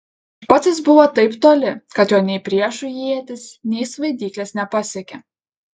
pats jis buvo taip toli kad jo nei priešų ietys nei svaidyklės nepasiekė